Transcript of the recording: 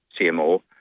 CMO